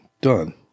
Done